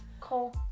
Cole